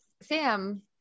Sam